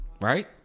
Right